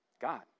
God